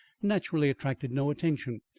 naturally attracted no attention,